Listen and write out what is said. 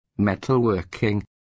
metalworking